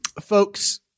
folks